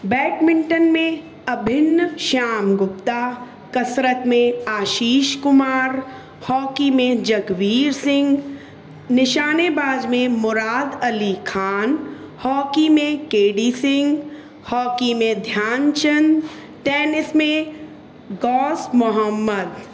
badminton में अभिन्न श्याम गुप्ता कसरत में आशीष कुमार हॉकी में जगवीर सिंघ निशानेबाज में मुराद अली खान हॉकी में के डी सिंघ हॉकी में ध्यानचंद टेनिस में गौस मोहम्मद